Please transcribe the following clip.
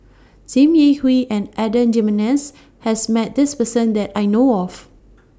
SIM Yi Hui and Adan Jimenez has Met This Person that I know of